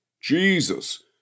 Jesus